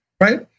Right